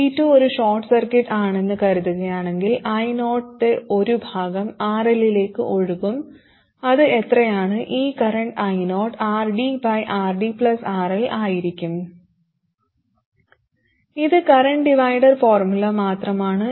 C2 ഒരു short circuit ആണെന്ന് കരുതുകയാണെങ്കിൽ io യുടെ ഒരു ഭാഗം RL ലേക്ക് ഒഴുകും അത് എത്രയാണ് ഈ കറന്റ് ioRDRDRLആയിരിക്കും ഇത് കറന്റ് ഡിവൈഡർ ഫോർമുല മാത്രമാണ്